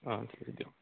অ' ঠিক আছে দিয়ক